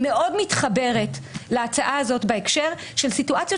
אני מאוד מתחברת להצעה הזאת בהקשר של סיטואציות